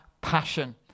passion